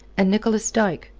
and nicholas dyke,